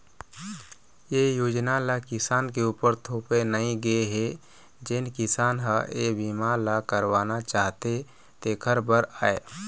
ए योजना ल किसान के उपर थोपे नइ गे हे जेन किसान ह ए बीमा ल करवाना चाहथे तेखरे बर आय